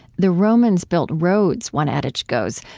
the romans built roads, one adage goes,